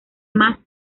más